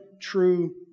true